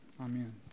Amen